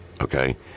okay